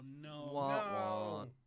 no